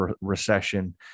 recession